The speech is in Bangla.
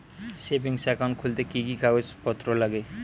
সেভিংস একাউন্ট খুলতে কি কি কাগজপত্র লাগে?